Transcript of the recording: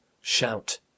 shout